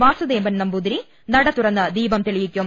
വാസുദേവൻ നമ്പൂതിരി നട തുറന്ന് ദീപം തെളിയിക്കും